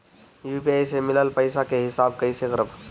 UPI से मिलल पईसा के हिसाब कइसे करब?